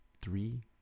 three